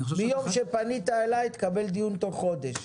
מיום שפנית אלי תקבל דיון תוך חודש.